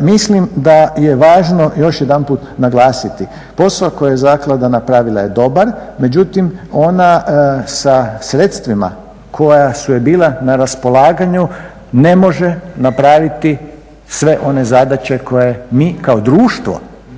mislim da je važno još jedanput naglasiti posao koji je zaklada napravila je dobar, međutim ona sa sredstvima koja su joj bila na raspolaganju ne može napraviti sve one zadaće koje mi kao društvo od